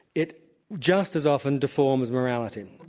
it just as often deforms morality.